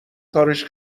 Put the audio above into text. کارش